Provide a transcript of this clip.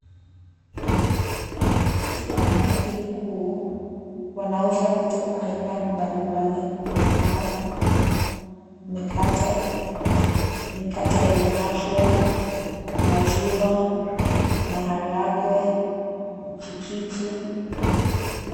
Katika duka hili kuu, wanauza vitu aina mbali mbali kama mikate, mikate enye afya, maziwa, maharagwe, jikiji.